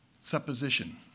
supposition